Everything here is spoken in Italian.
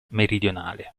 meridionale